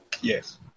Yes